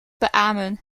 beamen